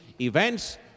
events